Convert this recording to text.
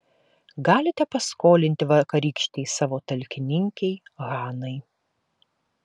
galite paskolinti vakarykštei savo talkininkei hanai